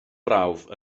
brawf